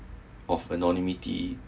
of anonymity